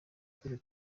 turi